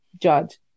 judge